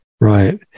Right